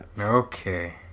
Okay